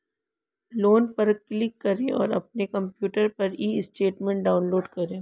loan पर click करें और अपने कंप्यूटर पर ई स्टेटमेंट डाउनलोड करें